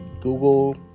Google